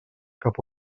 cap